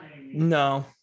No